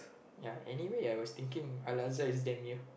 ya anyway I was thinking Al-Azhar is the near